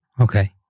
Okay